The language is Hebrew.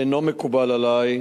אינו מקובל עלי,